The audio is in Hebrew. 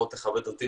תכבד אותי,